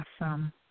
Awesome